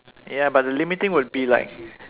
ya but the limiting would be like